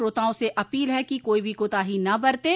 श्रोताओं से अपील है कि कोई भी कोताही न बरतें